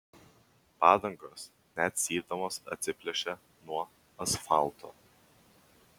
padangos net cypdamos atsiplėšė nuo asfalto